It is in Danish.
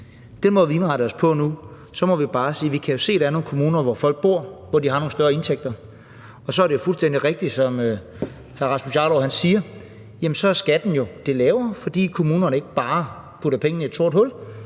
vi har indrettet os på nu, må vi jo bare sige, at vi kan se, at der er nogle kommuner, hvor folk har nogle højere indtægter, og så er det fuldstændig rigtigt, som hr. Rasmus Jarlov siger, at så er skatten jo det lavere, fordi kommunerne ikke bare putter pengene ned i et sort hul.